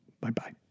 Bye-bye